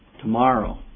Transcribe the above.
tomorrow